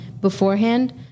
Beforehand